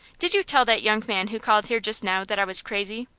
did you tell that young man who called here just now that i was crazy?